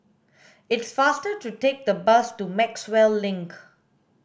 it's faster to take the bus to Maxwell Link